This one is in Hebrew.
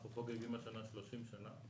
אנחנו חוגגים השנה 30 שנה.